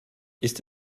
ist